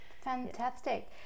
Fantastic